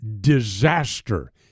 disaster